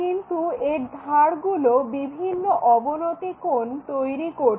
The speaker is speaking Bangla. কিন্তু এর ধারগুলো বিভিন্ন অবনতি কোণ তৈরি করছে